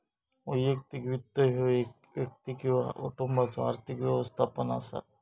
वैयक्तिक वित्त ह्यो एक व्यक्ती किंवा कुटुंबाचो आर्थिक व्यवस्थापन असा